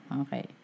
Okay